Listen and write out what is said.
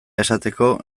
esateko